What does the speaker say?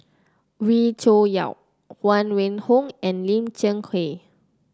Wee Cho Yaw Huang Wenhong and Lim Cheng Hoe